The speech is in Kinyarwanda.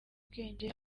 ubwenge